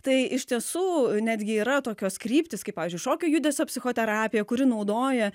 tai iš tiesų netgi yra tokios kryptys kaip pavyzdžiui šokio judesio psichoterapija kuri naudoja